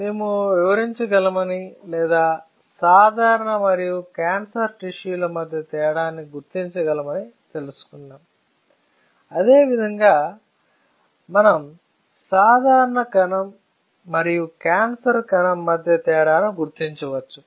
మేము వివరించగలమని లేదా సాధారణ మరియు క్యాన్సర్ టిష్యూ మధ్య తేడాను గుర్తించగలమని తెలుసుకున్నాం అదే విధంగా మనం సాధారణ కణం మరియు క్యాన్సర్ కణం మధ్య తేడాను గుర్తించవచ్చు